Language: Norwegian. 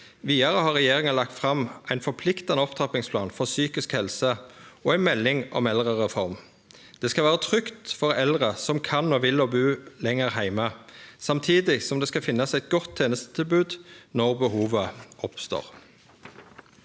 Vidare har regjeringa lagt fram ein forpliktande opptrappingsplan for psykisk helse og ei melding om eldrereform. Det skal vere trygt for eldre som kan og vil, å bu lenger heime, samtidig som det skal finnast eit godt tenestetilbod når behovet oppstår.